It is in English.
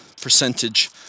percentage